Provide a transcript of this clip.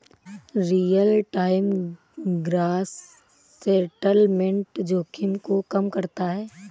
real time gross settlement जोखिम को कम करता है